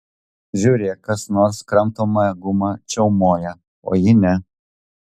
žiūrėk kas nors kramtomąją gumą čiaumoja o ji ne